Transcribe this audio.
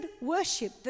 worship